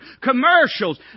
commercials